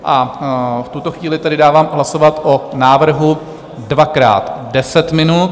A v tuto chvíli tedy dávám hlasovat o návrhu dvakrát 10 minut.